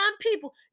people